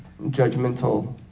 judgmental